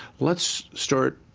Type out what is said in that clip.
let's start